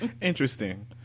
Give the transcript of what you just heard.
Interesting